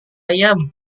ayam